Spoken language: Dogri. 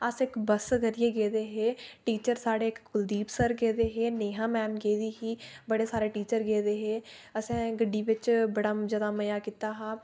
अस इक बस करियै गेदे हे टीचर साढ़े कुलदीप सर गेदे हे नेहा मैम गेदी ही बड़े सारे टीचर गेदे हे असें गड्डी बिच बड़ा ज्यादा मजा कीता हा